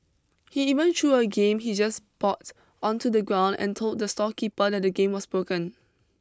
he even threw a game he just bought onto the ground and told the storekeeper that the game was broken